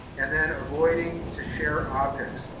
and then avoiding to share objects.